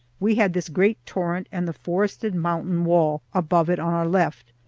we had this great torrent and the forested mountain wall above it on our left,